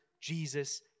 Jesus